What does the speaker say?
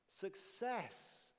success